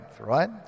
right